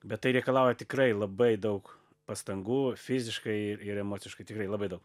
bet tai reikalauja tikrai labai daug pastangų fiziškai ir emociškai tikrai labai daug